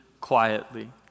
quietly